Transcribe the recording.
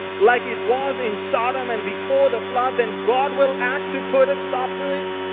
like it was in sodom and before the flood. then god will act to put a stop to it.